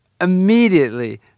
immediately